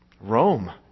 Rome